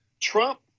Trump